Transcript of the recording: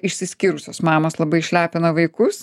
išsiskyrusios mamos labai išlepina vaikus